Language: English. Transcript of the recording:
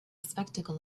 spectacle